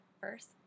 first